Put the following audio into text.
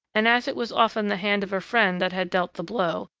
and as it was often the hand of a friend that had dealt the blow,